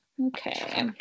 Okay